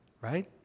right